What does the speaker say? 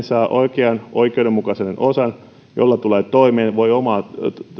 saa oikean oikeudenmukaisen osan jolla tulee toimeen voi omaa